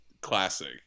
classic